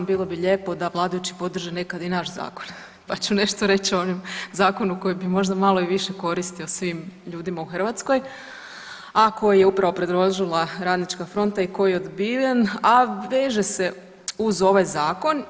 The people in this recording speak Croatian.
Bilo bi lijepo da vladajući podrže nekada i naš zakon, pa ću nešto reći o onom zakonu koji bi možda malo i više koristio svim ljudima u Hrvatskoj, a koji je upravo predložila Radnička fronta i koji je odbijen, a veže se uz ovaj zakon.